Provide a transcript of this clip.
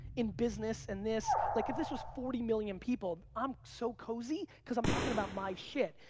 in business, in this. like if this was forty million people, i'm so cozy, because i'm talking about my shit.